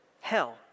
hell